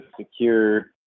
secure